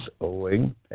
owing